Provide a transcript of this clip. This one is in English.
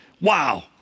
Wow